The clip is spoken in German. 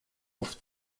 auf